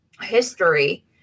history